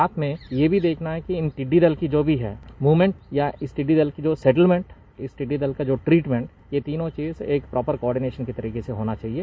साथ में यह भी देखना है कि इन टिड्डीदल की जो भी है मूवमेंट या टिड्डीदल की सेटलमेंट इस टिड्डीदल का जो ट्रीटमेंट ये तीनों चीज एक प्रांपर कोआर्डिनेशन तरीके से होना चाहिए